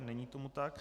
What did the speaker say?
Není tomu tak.